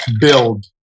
build